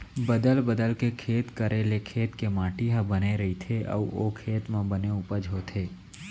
बदल बदल के खेत करे ले खेत के माटी ह बने रइथे अउ ओ खेत म बने उपज होथे